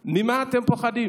ממה אתם פוחדים?